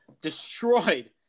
destroyed